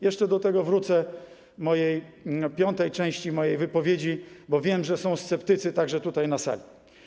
Jeszcze do tego wrócę w piątej części mojej wypowiedzi, bo wiem, że są sceptycy także tutaj, na sali.